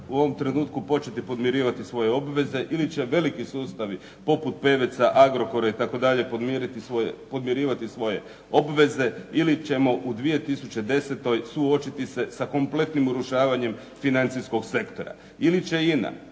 u ovom trenutku početi podmirivati svoje obveze ili će veliki sustavi poput Peveca, Agrokora itd., podmirivati svoje obveze ili ćemo u 2010. suočiti se sa kompletnim urušavanjem financijskog sektora. Ili će INA,